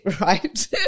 right